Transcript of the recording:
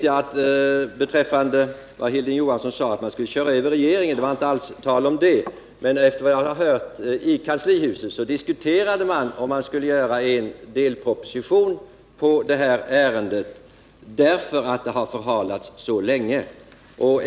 Sedan talade Hilding Johansson om att jag ville torpedera regeringen. Det var det inte alls tal om, utan enligt vad jag hört diskuterade man i kanslihuset frågan, huruvida man skulle göra en delproposition på det här ärendet på grund av att det hade förhalats så länge.